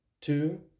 two